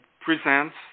presents